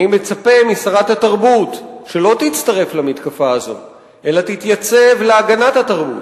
אני מצפה משרת התרבות שלא תצטרף למתקפה הזאת אלא תתייצב להגנת התרבות,